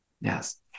yes